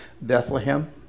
bethlehem